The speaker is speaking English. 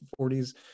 40s